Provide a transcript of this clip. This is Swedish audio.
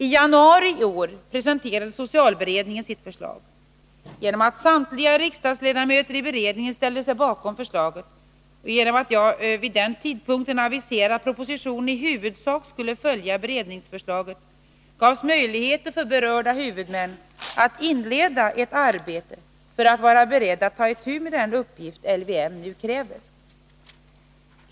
I januari i år presenterade socialberedningen sitt förslag. Genom att samtliga riksdagsledamöter i beredningen ställde sig bakom förslaget och genom att jag vid denna tidpunkt aviserade att propositionen i huvudsak skulle följa beredningsförslaget gavs möjligheter för berörda huvudmän att inleda ett arbete för att vara beredda att ta itu med den uppgift LVM nu kräver.